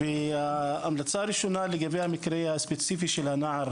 וההמלצה הראשונה לגבי המקרה הספציפי של הנער,